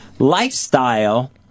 lifestyle